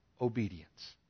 obedience